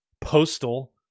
Postal